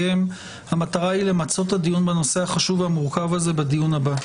המטרה היא למצות את הנושא החשוב הזה בדיון הבא.